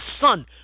son